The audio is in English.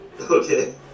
Okay